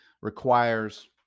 requires